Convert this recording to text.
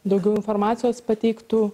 daugiau informacijos pateiktų